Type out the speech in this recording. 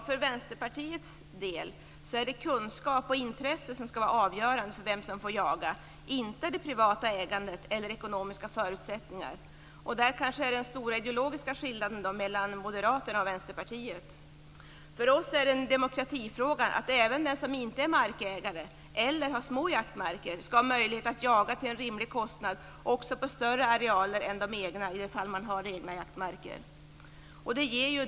För Vänsterpartiets del är det kunskap och intresse som ska var avgörande för vem som får jaga, inte det privata ägandet eller ekonomiska förutsättningar. Det är kanske den stora ideologiska skillnaden mellan Moderaterna och Vänsterpartiet. För oss är det en demokratifråga att även den som inte är markägare eller har små jaktmarker ska ha möjlighet att jaga till en rimlig kostnad också på större arealer än de egna i de fall man har egna jaktmarker.